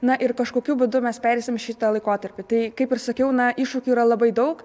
na ir kažkokiu būdu mes pereisim šitą laikotarpį tai kaip ir sakiau na iššūkių yra labai daug